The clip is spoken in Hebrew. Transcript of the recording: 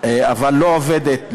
אבל לא עובדת,